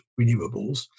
renewables